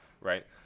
right